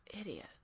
Idiot